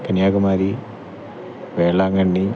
Kanyakumari Velankanni